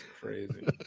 crazy